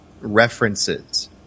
references